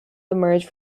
emerge